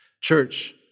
Church